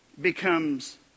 Becomes